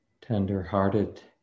tender-hearted